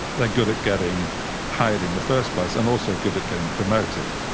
like good at getting hired in the first place and also good at getting promoted.